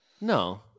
No